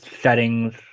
settings